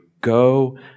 go